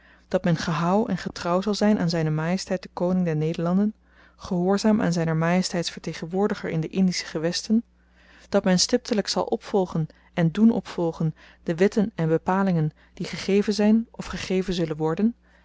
dat men gehouw en getrouw zal zijn aan zijne majesteit den koning der nederlanden gehoorzaam aan zijner majesteits vertegenwoordiger in de indische gewesten dat men stiptelijk zal opvolgen en doen opvolgen de wetten en bepalingen die gegeven zijn of gegeven zullen worden